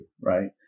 right